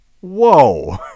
Whoa